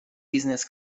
business